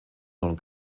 und